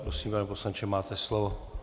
Prosím, pane poslanče, máte slovo.